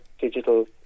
digital